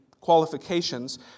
qualifications